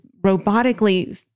robotically